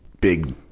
big